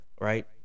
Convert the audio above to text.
right